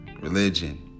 religion